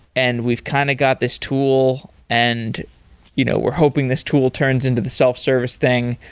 and we've kind of got this tool and you know we're hoping this tool turns into the self-service thing.